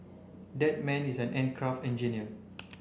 that man is an aircraft engineer